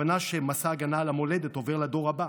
ההבנה שמשא ההגנה על המולדת עובר לדור הבא.